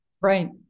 Right